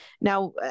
Now